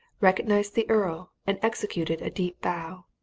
recognized the earl and executed a deep bow.